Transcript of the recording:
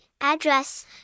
Address